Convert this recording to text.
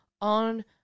on